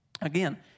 Again